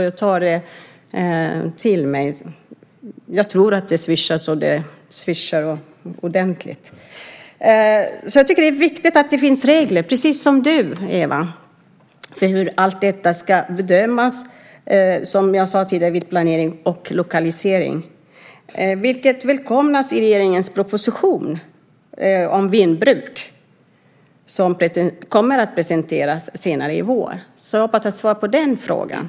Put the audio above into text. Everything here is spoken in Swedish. Jag tar det till mig. Jag tror att det svischar ordentligt. Jag tycker att det är viktigt att det finns regler, precis som du, Ewa, för hur allt detta ska bedömas vid planering och lokalisering som jag sade tidigare. Det välkomnas i regeringens proposition om vindbruk som kommer att presenteras senare i vår. Jag hoppas att jag har svarat på den frågan.